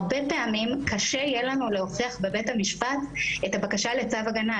הרבה פעמים יהיה לנו קשה להוכיח בבית המשפט את הבקשה לצו הגנה.